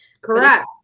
correct